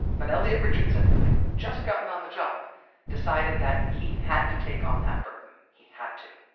but elliot richardson who had just gotten on the job decided that he had to take on that burden. he had to